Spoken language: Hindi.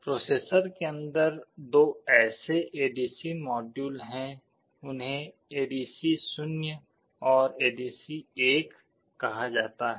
प्रोसेसर के अंदर दो ऐसे एडीसी मॉड्यूल हैं उन्हें एडीसी0 और एडीसी1 कहा जाता है